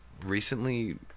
recently